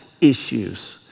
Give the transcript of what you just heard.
issues